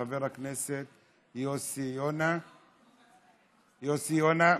חבר הכנסת יוסי יונה, בבקשה.